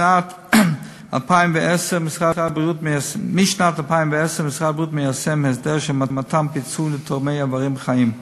משנת 2010 משרד הבריאות מיישם הסדר של מתן פיצוי לתורמי איברים חיים.